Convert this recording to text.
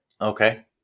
Okay